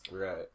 Right